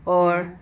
ya